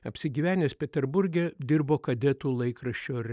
apsigyvenęs peterburge dirbo kadetų laikraščio